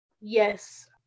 Yes